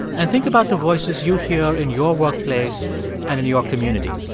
and think about the voices you hear in your workplace and in your community.